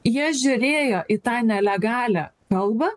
jie žiūrėjo į tą nelegalią kalbą